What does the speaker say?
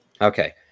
Okay